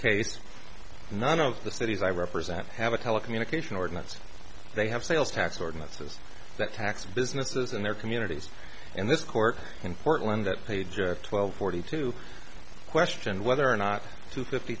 case none of the cities i represent have a telecommunication ordinance they have sales tax ordinances that tax businesses and their communities and this court in portland that page after twelve forty two question whether or not two fifty